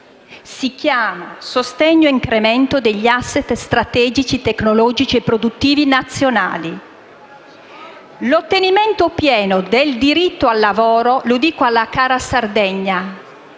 ma sostegno e incremento degli *asset* strategici, tecnologici e produttivi nazionali. L'ottenimento pieno del diritto al lavoro - lo dico alla cara Sardegna